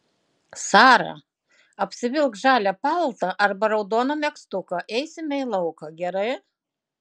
sara apsivilk žalią paltą arba raudoną megztuką eisime į lauką gerai